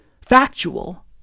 factual